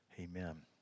amen